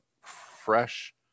fresh